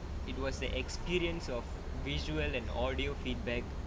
it was the experience of visual and audio feedback